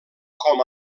com